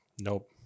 Nope